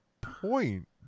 point